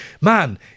man